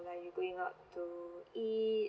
like you going out to eat